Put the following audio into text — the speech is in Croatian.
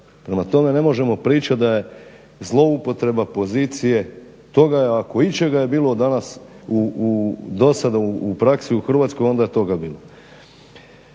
Prema tome, ne možemo pričat da je zloupotreba pozicije, toga je ako ičega je bilo do sada u praksi u Hrvatskoj onda je toga bilo.